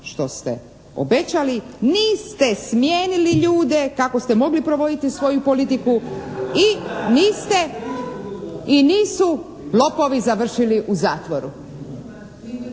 što ste obećali, niste smijenili ljude kako ste mogli provoditi svoju politiku i niste, i nisu lopovi završili u zatvoru.